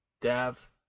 DAV